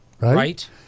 Right